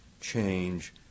change